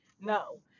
No